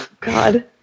God